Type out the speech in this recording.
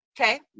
Okay